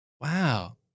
Wow